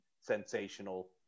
sensational